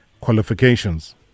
qualifications